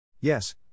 Yes